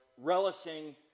relishing